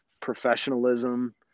professionalism